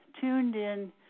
tuned-in